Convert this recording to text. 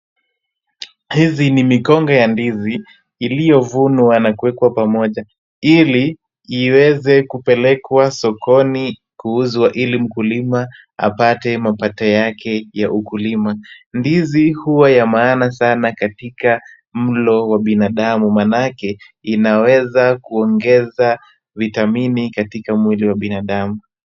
Hizi ni mikongwe ya ndizi iliyovunwa na kuwekwa pamoja ili iweze kupelekwa sokoni kuuzwa, ili mkulima apate mapato yake ya ukulima. Ndizi huwa ya maana sana katika mlo wa binadamu manake, inaweza kuongeza vitamini katika mwili wa binadamu.